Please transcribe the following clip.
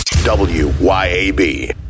W-Y-A-B